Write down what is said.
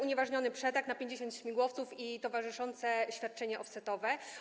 Unieważniono przetarg na 50 śmigłowców i towarzyszące świadczenia offsetowe.